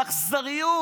באכזריות.